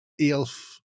elf